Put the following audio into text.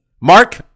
Mark